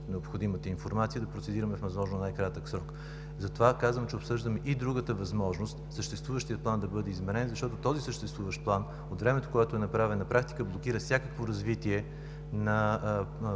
необходимата информация, да процедираме възможно в най-кратък срок. Затова аз казвам, че обсъждаме и другата възможност – съществуващият план да бъде изменен, защото този съществуващ план от времето, когато е направен, на практика блокира всякакво развитие не